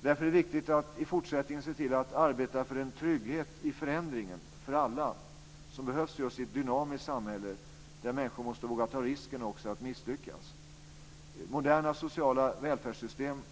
Det är därför viktigt att i fortsättningen arbeta för en trygghet i förändringen - för alla - som behövs i ett dynamiskt samhälle, där människor måste våga ta risken att misslyckas. Det ska kunna byggas upp moderna sociala välfärdssystem.